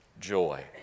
joy